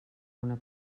una